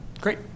Great